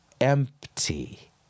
empty